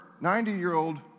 90-year-old